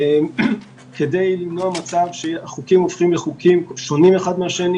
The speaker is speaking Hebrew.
כדי למנוע מצב שהחוקים הופכים לחוקים שונים אחד מהשני,